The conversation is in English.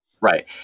Right